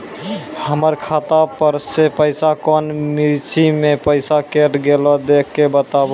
हमर खाता पर से पैसा कौन मिर्ची मे पैसा कैट गेलौ देख के बताबू?